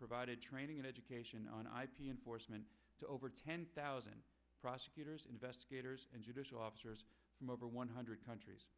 provided training and education on ip enforcement to over ten thousand prosecutors investigators and judicial officers from over one hundred countries